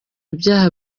ibyaha